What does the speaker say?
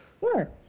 sure